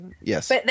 yes